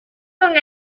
con